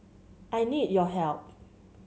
I need your help